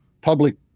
public